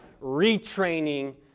retraining